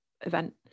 event